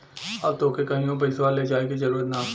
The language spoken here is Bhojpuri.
अब तोके कहींओ पइसवा ले जाए की जरूरत ना